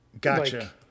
Gotcha